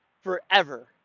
forever